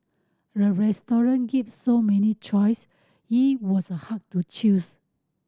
the restaurant gave so many choice it was hard to choose